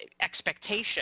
expectation